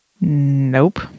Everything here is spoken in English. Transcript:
Nope